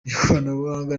n’ikoranabuhanga